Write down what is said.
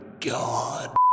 God